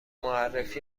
معرفی